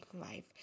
life